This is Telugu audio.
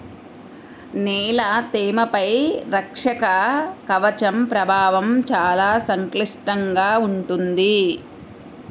నేల తేమపై రక్షక కవచం ప్రభావం చాలా సంక్లిష్టంగా ఉంటుంది